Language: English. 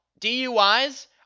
DUIs